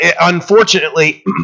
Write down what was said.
Unfortunately